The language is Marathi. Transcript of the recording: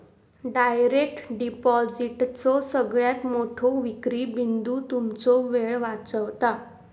डायरेक्ट डिपॉजिटचो सगळ्यात मोठो विक्री बिंदू तुमचो वेळ वाचवता